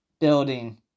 Building